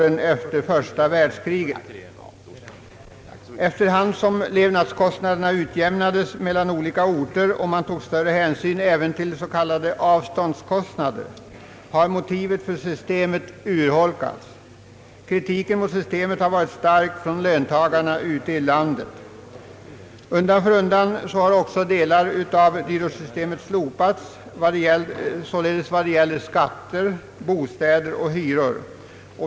Efter hand som levnadskostnaderna utjämnades mellan olika orter och man tog större hänsyn även till s.k. avståndskostnader har motivet för systemet urholkats. Kritiken mot systemet har varit stark från löntagarna ute i landet. Undan för undan har också delar av systemet slopats, så har skett vad det gäller skatter, bostäder och hyror.